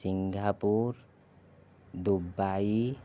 Singapore Dubai